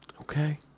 Okay